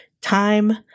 time